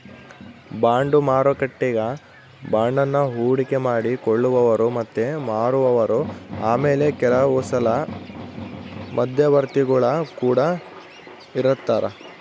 bond ಮಾರುಕಟ್ಟೆಗ ಬಾಂಡನ್ನ ಹೂಡಿಕೆ ಮಾಡಿ ಕೊಳ್ಳುವವರು ಮತ್ತೆ ಮಾರುವವರು ಆಮೇಲೆ ಕೆಲವುಸಲ ಮಧ್ಯವರ್ತಿಗುಳು ಕೊಡ ಇರರ್ತರಾ